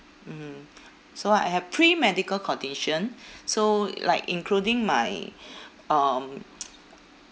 mmhmm so I have pre-medical condition so like including my um